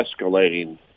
escalating